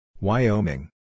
Wyoming